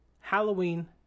Halloween